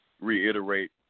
reiterate